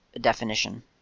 definition